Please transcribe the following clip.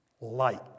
light